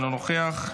אינו נוכח,